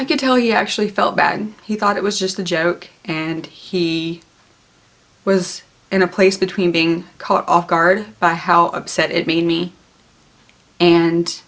can tell you i actually felt bad he thought it was just a joke and he was in a place between being caught off guard by how upset it made me and